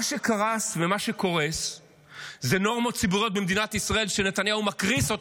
מה שקרס ומה שקורס זה נורמות ציבוריות במדינת ישראל שנתניהו מקריס אותן.